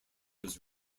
was